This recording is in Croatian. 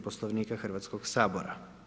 Poslovnika Hrvatskog Sabora.